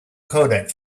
codec